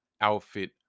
outfit